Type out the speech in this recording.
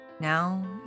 Now